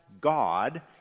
God